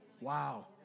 Wow